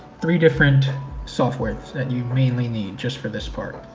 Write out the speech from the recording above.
three different softwares that you mainly need just for this part.